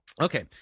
Okay